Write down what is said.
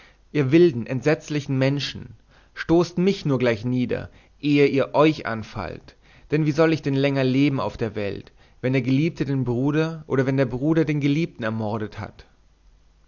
ihr wilden entsetzlichen menschen stoßt mich nur gleich nieder ehe ihr euch anfallt denn wie soll ich denn länger leben auf der welt wenn der geliebte den bruder oder wenn der bruder den geliebten ermordet hat